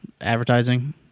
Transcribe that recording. advertising